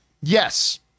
Yes